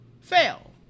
fail